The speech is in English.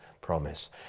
promise